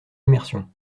immersion